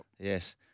Yes